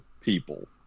people